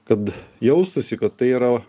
kad jaustųsi kad tai yra